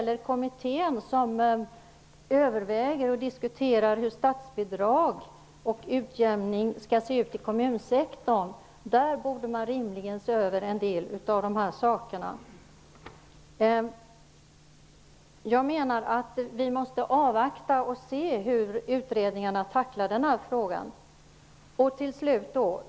Den kommitté som överväger och diskuterar hur statsbidrag till och utjämning i kommunsektorn skall se ut borde rimligen se över en del av dessa saker. Jag menar att vi måste avvakta och se hur utredningarna tacklar denna fråga.